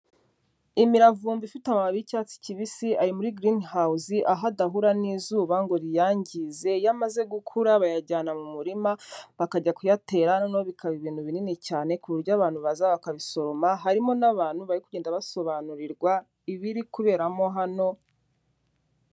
Imiravumba ifite amababi y'icyatsi kibisi ari muri green house, aho adahura n'izuba ngo riyangize, iyo amaze gukura bayajyana mu murima bakajya kuyatera, noneho bikaba ibintu binini cyane, ku buryo abantu baza bakabisoroma, harimo n'abantu bari kugenda basobanurirwa ibiri kuberamo hano.